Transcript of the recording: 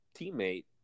teammate